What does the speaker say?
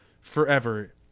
forever